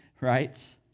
right